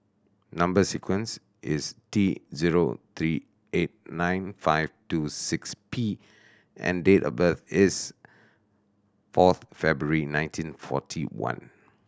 number sequence is T zero three eight nine five two six P and date of birth is fourth February nineteen forty one